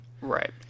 Right